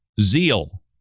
zeal